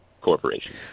corporation